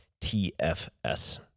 TFS